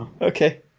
Okay